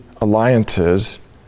alliances